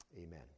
Amen